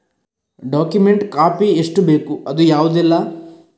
Document copy ಎಷ್ಟು ಬೇಕು ಅದು ಯಾವುದೆಲ್ಲ?